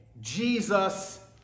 Jesus